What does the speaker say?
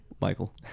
Michael